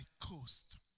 coast